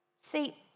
See